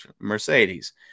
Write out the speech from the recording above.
Mercedes